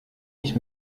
ich